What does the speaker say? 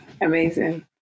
Amazing